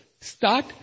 start